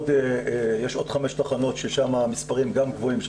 יש עוד 5 תחנות ששם המספרים גם גבוהים,